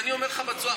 אתה חבר כנסת,